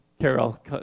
Carol